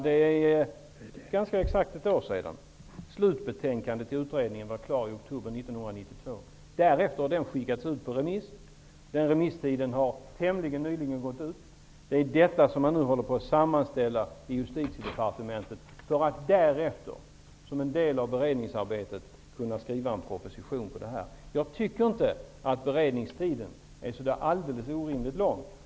Det är ganska exakt ett år sedan. Slutbetänkandet i utredningan var klar i oktober 1992. Därefter har den skickats ut på remiss. Den remisstiden har tämligen nyligen gått ut. Svaren håller på att sammanställas i Justitiedepartementet, för att därefter vara en del i beredningsarbetet i skrivandet av en proposition. Jag tycker inte att beredningstiden är så där alldeles orimligt lång.